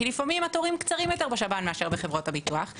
כי לפעמים התורים קצרים יותר בשב"ן מאשר בחברות הביטוח,